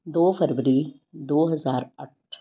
ਦੋ ਫਰਵਰੀ ਦੋ ਹਜ਼ਾਰ ਅੱਠ